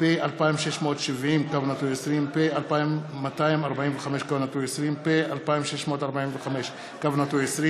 פ/2670/20, פ/2245/20, פ/2645/20,